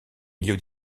milieu